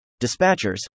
dispatchers